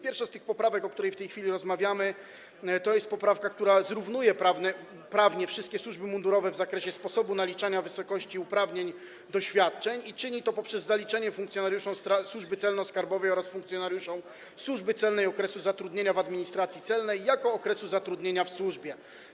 Pierwsza z tych poprawek, o której w tej chwili rozmawiamy, to jest poprawka, która zrównuje prawnie wszystkie służby mundurowe w zakresie sposobu naliczania wysokości uprawnień do świadczeń i czyni to poprzez zaliczenie funkcjonariuszom Służby Celno-Skarbowej oraz funkcjonariuszom Służby Celnej okresu zatrudnienia w administracji celnej jako okresu zatrudnienia w służbie.